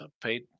paid